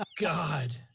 God